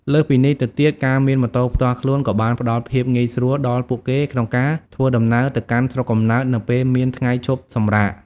លើសពីនេះទៅទៀត ការមានម៉ូតូផ្ទាល់ខ្លួនក៏បានផ្តល់ភាពងាយស្រួលដល់ពួកគេក្នុងការធ្វើដំណើរទៅកាន់ស្រុកកំណើតនៅពេលមានថ្ងៃឈប់សម្រាក។